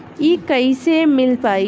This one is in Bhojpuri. इ कईसे मिल पाई?